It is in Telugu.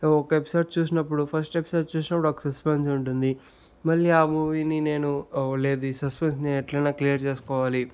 ఒక ఎపిసోడ్ చూసినప్పుడు ఫస్ట్ ఎపిసోడ్ చూసినప్పుడు ఒక సస్పెన్స్ ఉంటుంది మళ్లీ ఆ మూవీని నేను లేదు ఈ సస్పెన్స్ని నేను ఎట్లా అయినా క్లియర్ చేసుకోవాలి